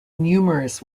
numerous